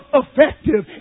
effective